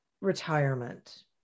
retirement